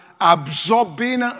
absorbing